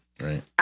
Right